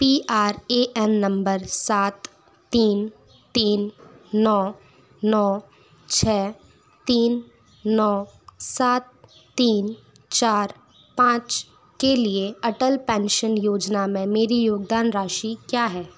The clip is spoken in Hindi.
P R A N number सात तीन तीन नौ नौ छः तीन नौ सात तीन चार पाँच के लिए अटल पेंशन योजना में मेरी योगदान राशि क्या है